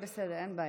בסדר, אין בעיה.